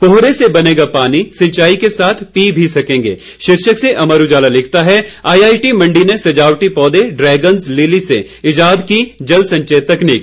कोहरे से बनेगा पानी सिंचाई के साथ पी भी सकेंगे शीर्षक से अमर उजाला लिखता है आईआईटी मंडी ने सजावटी पौधे ड्रैगन्स लीली से ईजाद की जल संचय तकनीक